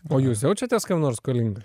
o jūs jaučiatės kam nors skolingas